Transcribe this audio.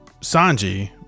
Sanji